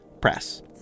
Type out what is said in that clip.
press